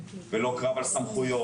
זה לא קרב על סמכויות,